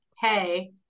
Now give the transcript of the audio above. hey